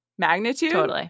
magnitude